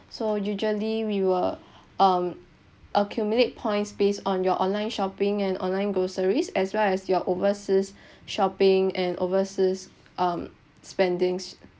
so usually we will um accumulate points based on your online shopping and online groceries as well as your overseas shopping and overseas um spendings